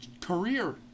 career